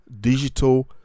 digital